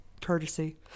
courtesy